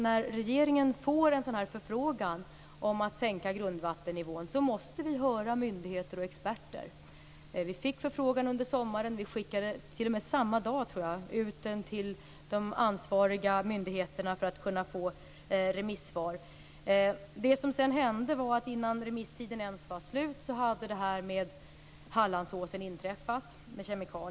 När regeringen får en förfrågan om en sänkning av grundvattennivån måste vi höra myndigheter och experter. Vi fick en förfrågan under sommaren, och vi skickade t.o.m. samma dag ut den till ansvariga myndigheter för att få in remissvar. Innan remisstiden ens var över hade det som hände på Hallandsåsen inträffat.